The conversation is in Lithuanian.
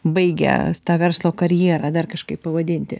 baigia tą verslo karjerą ar dar kažkaip pavadinti